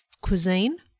cuisine